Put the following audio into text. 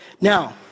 Now